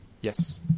Yes